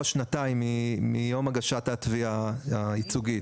שנתיים מיום הגשת התביעה הייצוגית.